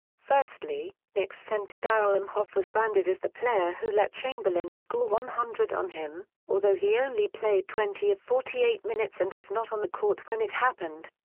firstly, knicks center darrall imhoff was branded as the player who let chamberlain score one hundred on him, although he only played twenty of forty eight minutes and was not on the court when it happened.